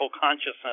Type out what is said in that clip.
consciousness